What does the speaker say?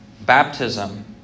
Baptism